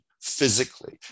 physically